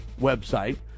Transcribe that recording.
website